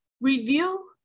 review